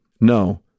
No